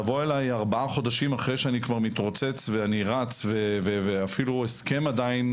לבוא אלי ארבעה חודשים אחרי שאני כבר מתרוצץ ורץ אפילו הסכם עדיין